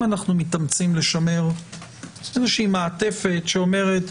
אם אנחנו מתאמצים לשמר איזושהי מעטפת שאומרת: